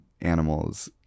animals